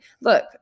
look